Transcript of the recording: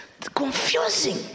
Confusing